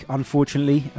unfortunately